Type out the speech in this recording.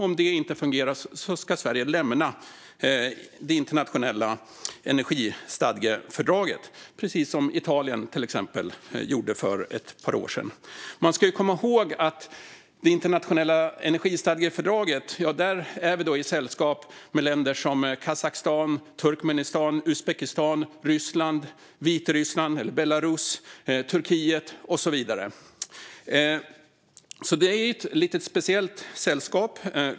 Om det inte fungerar ska Sverige lämna det internationella energistadgefördraget, precis som till exempel Italien gjorde för ett par år sedan. Man ska komma ihåg att i det internationella energistadgefördraget är vi i sällskap med länder som Kazakstan, Turkmenistan, Uzbekistan, Ryssland, Vitryssland - det vill säga Belarus -, Turkiet och så vidare. Man kan tycka att det här är ett lite speciellt sällskap.